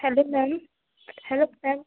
hello ma'am hello ma'am